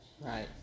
Right